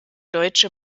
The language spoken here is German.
deutsche